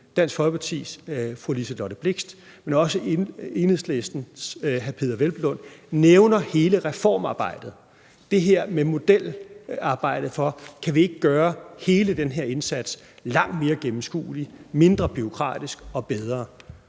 Dansk Folkepartis fru Liselott Blixt, men også Enhedslistens hr. Peder Hvelplund nævner hele reformarbejdet, det her med modelarbejdet for, om vi ikke kan gøre hele den her indsats langt mere gennemskuelig, mindre bureaukratisk og bedre.